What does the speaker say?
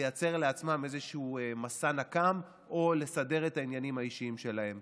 לייצר לעצמם איזשהו מסע נקם או לסדר את העניינים האישיים שלהם.